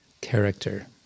character